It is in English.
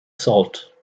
salt